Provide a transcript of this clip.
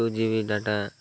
two G B data